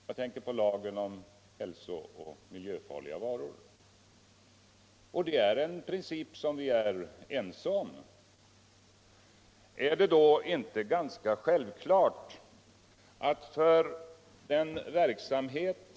Jag tänker på lagen Allmänpolitisk debatt Allmänpolitisk debatt om hiilsooch miljöfarliga varor. Det är en princeip som vi är ense om. Är det då inte ganska självklart att ägarna till den verksamhet.